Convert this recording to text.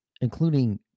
including